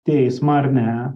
teismą ar ne